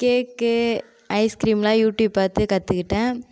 கேக்கு ஐஸ்க்ரீம்லாம் யூடியூப் பார்த்து கற்றுக்கிட்டேன்